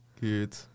Good